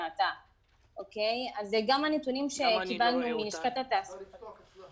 גם הנתון שקיבלנו מלשכת התעסוקה על